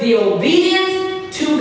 deal to